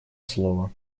слово